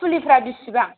फुलिफ्रा बिसिबां